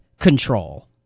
control